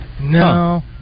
No